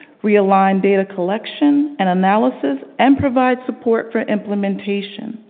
realigned data collection and analysis and provide support for implementation.